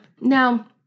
Now